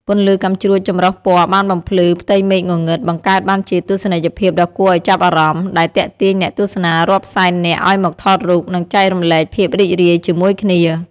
ពន្លឺកាំជ្រួចចម្រុះពណ៌បានបំភ្លឺផ្ទៃមេឃងងឹត បង្កើតបានជាទស្សនីយភាពដ៏គួរឲ្យចាប់អារម្មណ៍ ដែលទាក់ទាញអ្នកទស្សនារាប់សែននាក់ឲ្យមកថតរូប និងចែករំលែកភាពរីករាយជាមួយគ្នា។